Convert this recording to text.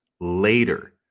later